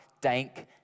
dank